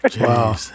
Wow